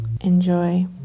Enjoy